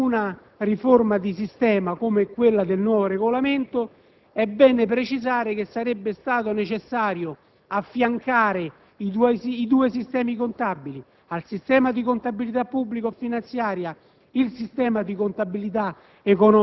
Proprio perché si tratta di una riforma di sistema, come quella del nuovo Regolamento, è bene precisare che sarebbe stato necessario affiancare i due sistemi contabili: al sistema di contabilità pubblico‑finanziaria,